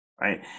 Right